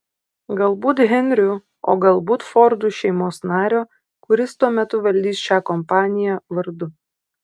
galbūt henriu o galbūt fordų šeimos nario kuris tuo metu valdys šią kompaniją vardu